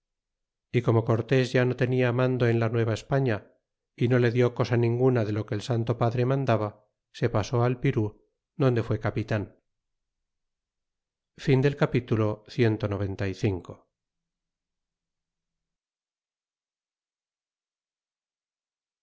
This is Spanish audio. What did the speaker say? y como cortés ya no tenia mando en la nueva españa y no le din cosa ninguna de lo que el santo padre mandaba se pasó al pira donde fué capitan capitulo cxcvi como